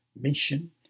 mission